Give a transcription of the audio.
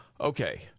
Okay